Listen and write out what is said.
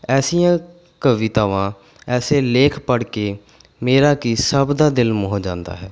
ਐਸੀਆਂ ਕਵਿਤਾਵਾਂ ਐਸੇ ਲੇਖ ਪੜ੍ਹ ਕੇ ਮੇਰਾ ਕੀ ਸਭ ਦਾ ਦਿਲ ਮੋਹ ਜਾਂਦਾ ਹੈ